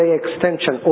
extension